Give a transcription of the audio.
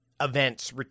Events